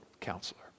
counselor